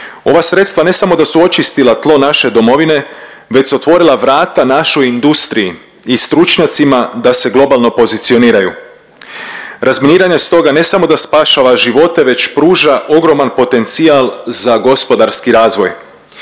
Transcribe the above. Ova sredstva ne samo da su očistila tlo naše domovine već su otvorila vrata našoj industriji i stručnjacima da se globalno pozicioniraju. Razminiranje stoga ne samo da spašava živote već pruža ogroman potencijal za gospodarski razvoj.